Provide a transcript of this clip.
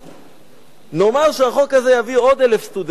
נאמר שהחוק הזה יביא עוד 1,000 סטודנטים לירושלים,